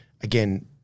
again